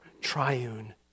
triune